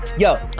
Yo